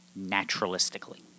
naturalistically